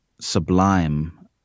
sublime